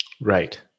Right